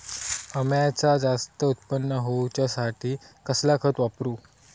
अम्याचा जास्त उत्पन्न होवचासाठी कसला खत वापरू?